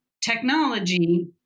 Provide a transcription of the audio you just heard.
technology